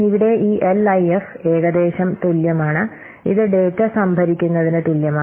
ഇവിടെ ഈ എൽഐഎഫ് ഏകദേശം തുല്യമാണ് ഇത് ഡാറ്റ സംഭരിക്കുന്നതിന് തുല്യമാണ്